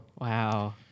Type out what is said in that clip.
Wow